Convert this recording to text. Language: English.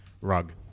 rug